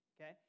okay